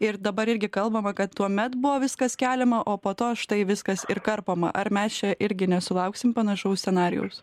ir dabar irgi kalbama kad tuomet buvo viskas keliama o po to štai viskas ir karpoma ar mes čia irgi nesulauksim panašaus scenarijaus